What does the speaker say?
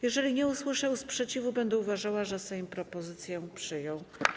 Jeżeli nie usłyszę sprzeciwu, będę uważała, że Sejm propozycje przyjął.